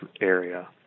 area